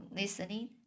listening